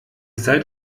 seid